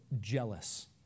jealous